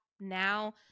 now